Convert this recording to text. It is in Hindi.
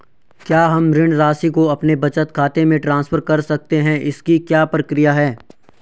क्या हम ऋण राशि को अपने बचत खाते में ट्रांसफर कर सकते हैं इसकी क्या प्रक्रिया है?